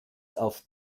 auf